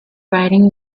writing